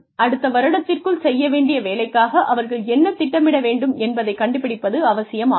அடுத்த வருடத்திற்குள் செய்ய வேண்டிய வேலைக்காக அவர்கள் என்ன திட்டமிட வேண்டும் என்பதைக் கண்டுபிடிப்பது அவசியமாகும்